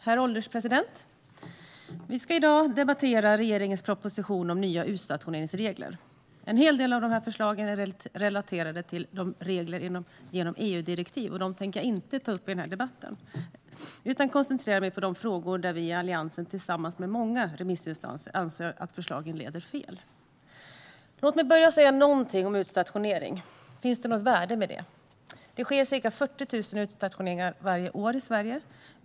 Herr ålderspresident! Vi ska i dag debattera regeringens proposition om nya utstationeringsregler. En hel del av förslagen är relaterade till regler genom EU-direktiv. Jag tänker inte ta upp dem i debatten utan koncentrera mig på de frågor där vi i Alliansen tillsammans med många remissinstanser anser att förslagen leder fel. Låt mig börja med att säga något om utstationering. Finns det något värde med det? Det sker ca 40 000 utstationeringar varje år i Sverige.